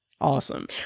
Awesome